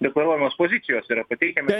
deklaruojamos pozicijos yra pateikiamos